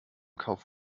kauf